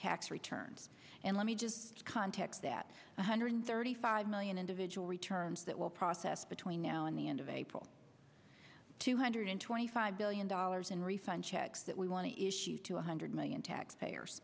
tax returns and let me just context that one hundred thirty five million individual returns that will process between now and the end of april two hundred twenty five billion dollars in refund checks that we want to issue to one hundred million taxpayers